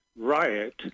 riot